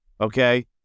okay